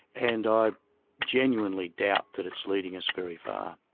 and i genuinely doubt that it's leading us very far.